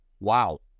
wow